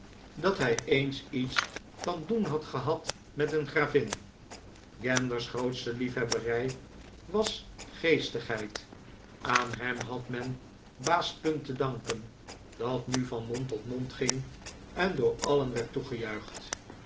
dat hij eens iets van doen had gehad met een gravin gander's grootste liefhebberij was geestigheid aan hem had men het baas punt te danken dat nu van mond tot mond ging en door alien